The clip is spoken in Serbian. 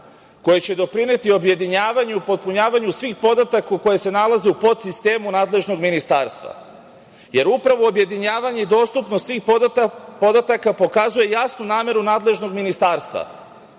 koji će doprineti objedinjavanju u popunjavanju svih podataka koji se nalaze u podsistemu nadležnog ministarstva, jer upravo objedinjavanje i dostupnost svih podataka pokazuje jasnu nameru nadležnog ministarstva